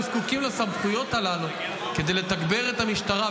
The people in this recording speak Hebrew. זקוקים לסמכויות הללו כדי לתגבר את המשטרה.